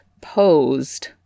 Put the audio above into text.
posed